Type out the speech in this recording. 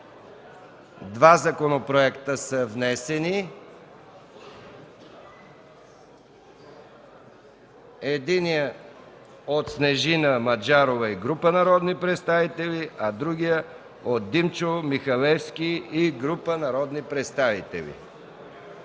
два законопроекта – от Снежина Маджарова и група народни представители, и от Димчо Михалевски и група народни представители.